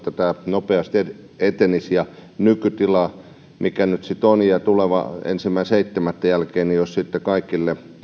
nopeasti etenisi nykytilasta mikä nyt on ja tuleva ensimmäinen seitsemättä jälkeen olisi sitten kaikille